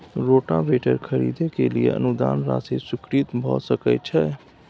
Rotavator खरीदे के लिए अनुदान राशि स्वीकृत भ सकय छैय?